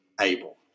able